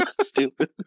Stupid